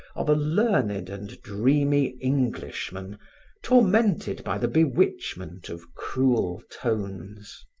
of a learned and dreamy englishman tormented by the bewitchment of cruel tones.